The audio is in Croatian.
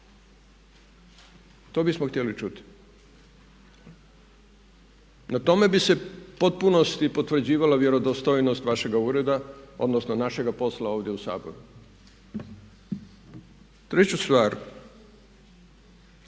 To bismo htjeli čuti. Na tome bi se u potpunosti potvrđivala vjerodostojnost vašega ureda, odnosno našega posla ovdje u Saboru. Treću stvar,